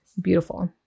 beautiful